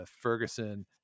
Ferguson